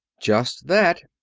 just that.